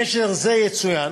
בהקשר זה, יצוין